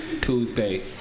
Tuesday